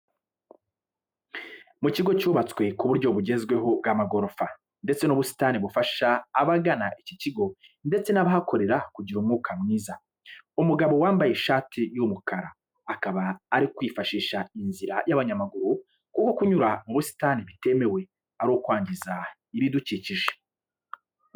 Mu kigo cyubatswe ku buryo bugezweho bw'amagorofa, ndetse n'ubusitani bufasha abagana iki kigo ndetse n'abahakorera kugira umwuka mwiza. Umugabo wambaye ishati y'umukara akaba ari kwifashisha inzira y'abanyamaguru kuko kunyura mu busitani bitemewe ari ukwangiza ibidukikije.